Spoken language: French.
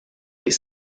les